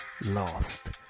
lost